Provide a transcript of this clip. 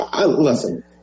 Listen